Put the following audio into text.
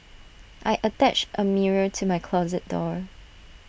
I attached A mirror to my closet door